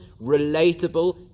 relatable